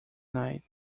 night